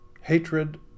hatred